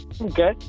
okay